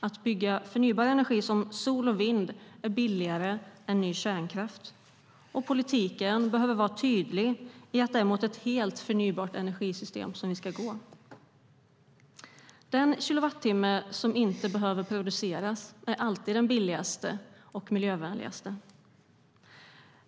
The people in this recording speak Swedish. Att bygga förnybar energi, som solenergi och vindenergi, är billigare än ny kärnkraft, och politiken behöver vara tydlig med att det är mot ett helt förnybart energisystem vi ska gå. Den kilowattimme som inte behöver produceras är alltid den billigaste och miljövänligaste.